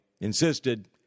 insisted